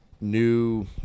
new